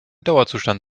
dauerzustand